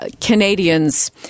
Canadians